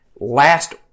Last